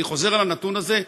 אני חוזר על הנתון הזה,